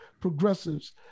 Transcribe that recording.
progressives